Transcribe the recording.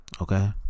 Okay